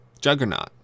Juggernaut